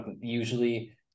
Usually